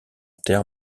terre